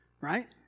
Right